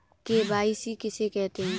KYC किसे कहते हैं?